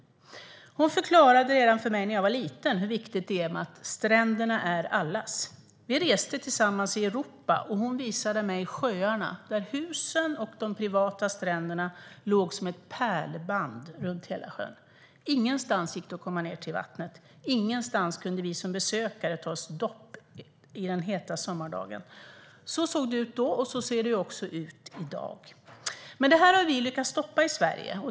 Hon förklarade för mig redan när jag var liten hur viktigt det är att stränderna är allas. Vi reste tillsammans i Europa, och hon visade mig sjöarna där husen och de privata stränderna låg som ett pärlband runt hela sjön. Ingenstans gick det att komma ned till vattnet. Ingenstans kunde vi som besökare ta oss ett dopp i den heta sommardagen. Så såg det ut då, och så ser det också ut i dag. Detta har vi lyckats stoppa i Sverige.